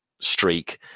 streak